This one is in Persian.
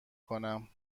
کنم